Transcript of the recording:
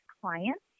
clients